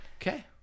okay